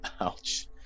Ouch